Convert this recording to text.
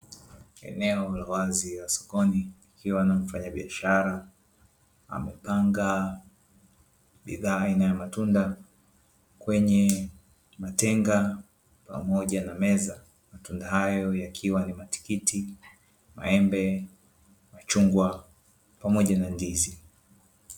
Eneo la wazi la sokoni kukiwa na mfanyabiashara amepanga bidhaa aina ya matunda kwenye matenga pamoja na meza. Matunda hayo yakiwa ni matikiti, maembe, machungwa pamoja na ndizi.